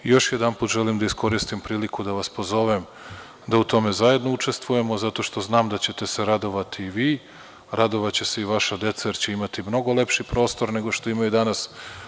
Još jednom želim da iskoristim priliku da vas pozovem da u tome zajedno učestvujemo, zato što znam da ćete se radovati i vi, radovaće se i vaša deca jer će imati mnogo lepši prostor nego što imaju danas.